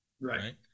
right